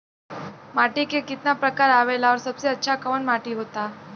माटी के कितना प्रकार आवेला और सबसे अच्छा कवन माटी होता?